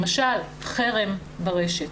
למשל, חרם ברשת.